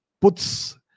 Puts